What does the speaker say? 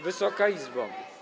Wysoka Izbo!